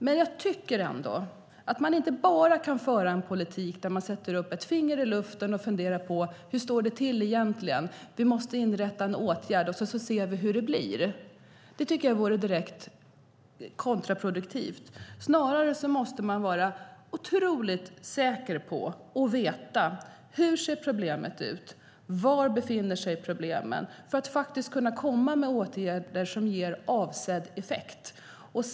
Men jag tycker ändå att man inte bara kan föra en politik där man sätter upp ett finger i luften och funderar på hur det står till egentligen och vidtar en åtgärd och ser hur det blir. Det tycker jag vore direkt kontraproduktivt. Snarare måste man vara säker på hur problemen ser ut och var de finns. Då kan man komma med åtgärder som ger avsedd effekt.